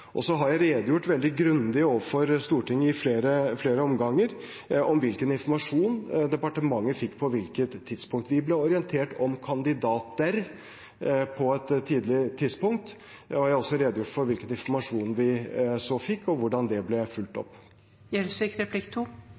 har redegjort veldig grundig overfor Stortinget i flere omganger om hvilken informasjon departementet fikk på hvilket tidspunkt. Vi ble orientert om kandidater på et tidlig tidspunkt, og jeg har også redegjort for hvilken informasjon vi så fikk, og hvordan det ble fulgt